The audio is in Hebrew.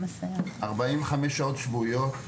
45 שעות שבועיות,